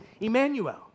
Emmanuel